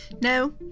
No